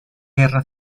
guerra